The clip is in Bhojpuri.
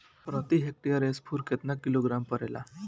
प्रति हेक्टेयर स्फूर केतना किलोग्राम परेला?